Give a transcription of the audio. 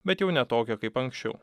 bet jau ne tokią kaip anksčiau